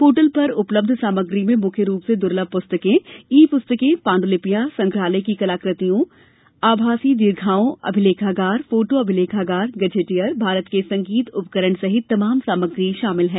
portal पर उपलब्ध सामग्री में मुख्य रूप से दुर्लभ पुस्तकें ई पुस्तकें पांडुलिपियां संग्रहालय की कलाकृतियों आभासी दीर्घाओं अभिलेखागार फोटो अभिलेखागार गजेटियर भारत के संगीत उपकरण सहित तमाम सामग्री शामिल हैं